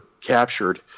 captured